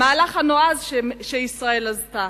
המהלך הנועז שישראל עשתה,